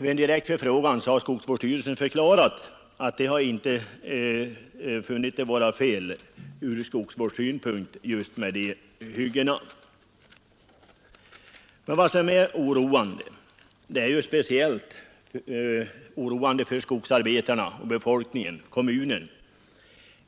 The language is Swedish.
Vid en direkt förfrågan har skogsvårdsstyrelsen förklarat att den inte funnit just dessa hyggen vara felaktiga ur skogsvårdssynpunkt. Men vad som är oroande, speciellt för skogsarbetarna, för befolkningen och för kommunen